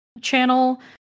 channel